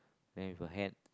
then with a hand